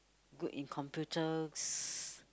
good in computers